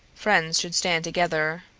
friends should stand together.